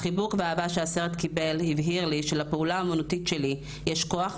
החיבוק והאהבה שהסרט קיבל הבהיר לי שלפעולה האומנותית שלי יש כוח,